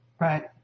right